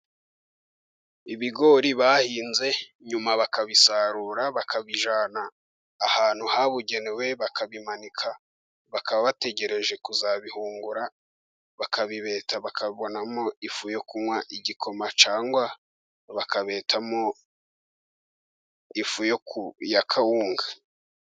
Ibigori bahinze ,nyuma bakabisarura ,bakabijyana ahantu habugenewe, bakabimanika bakaba bategereje kuzabihungura ,bakabibeta bakabonamo ifu yo kunywa igikoma ,cyangwa bakabetamo ifu ya kawunga.